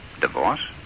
Divorce